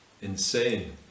insane